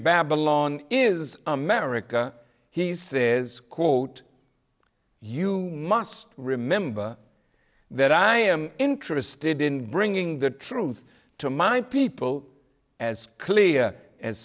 babylon is america he says quote you must remember that i am interested in bringing the truth to my people as clear as